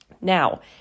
Now